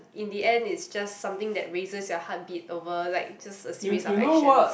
in the end it's just something that raises your heartbeat over like just a series of actions